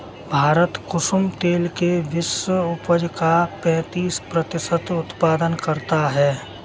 भारत कुसुम तेल के विश्व उपज का पैंतीस प्रतिशत उत्पादन करता है